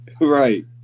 Right